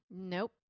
Nope